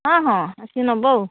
ହଁ ହଁ ଆସିକି ନେବ ଆଉ